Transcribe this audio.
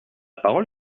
parole